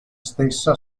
stessa